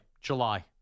July